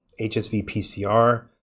HSV-PCR